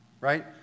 right